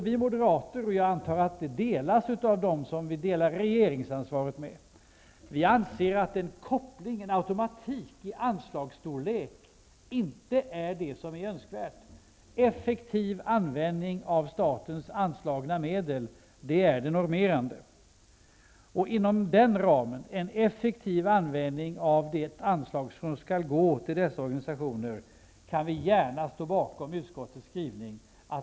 Vi moderater -- jag antar att den uppfattningen delas av dem som vi delar regeringsansvaret med -- anser att kopplingen av automatik i anslagsstorlek inte är önskvärd. Effektiv användning av statens anslagna medel är det normerande. Beträffande en effektiv användning av de anslag som skall gå till dessa organisationer kan vi gärna stå bakom utskottets skrivning.